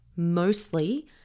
Mostly